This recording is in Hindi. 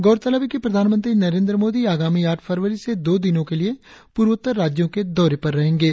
गौरतलव है कि प्रधानमंत्री नरेंद्र मोदी आगामी आठ फरवरी से दो दिनो के लिए पूर्वोत्तर राज्यो के दौरे पर रहेंगे